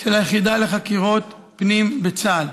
של היחידה לחקירות פנים בצה"ל.